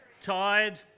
Tired